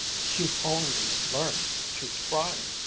you only learned through trying,